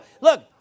Look